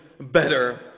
better